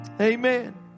Amen